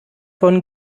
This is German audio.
von